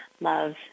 love